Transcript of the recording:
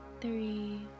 three